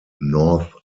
north